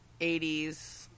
80s